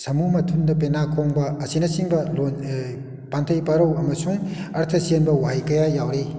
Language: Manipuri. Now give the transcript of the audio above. ꯁꯥꯃꯨ ꯃꯊꯨꯟꯗ ꯄꯦꯅꯥ ꯈꯣꯡꯕ ꯑꯁꯤꯅꯆꯤꯡꯕ ꯂꯣꯟ ꯄꯥꯟꯊꯩ ꯄꯥꯎꯔꯧ ꯑꯃꯁꯨꯡ ꯑꯥꯔꯊꯥ ꯆꯦꯟꯕ ꯋꯥꯍꯩ ꯀꯌꯥ ꯌꯥꯎꯔꯤ